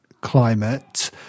climate